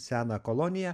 seną koloniją